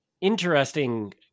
interesting